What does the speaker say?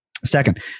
Second